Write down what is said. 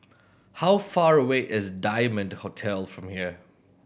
how far away is Diamond Hotel from here